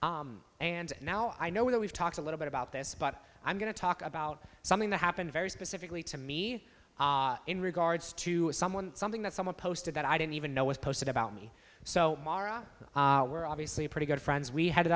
see and now i know we've talked a little bit about this but i'm going to talk about something that happened very specifically to me in regards to someone something that someone posted that i didn't even know was posted about me so mara we're obviously pretty good friends we head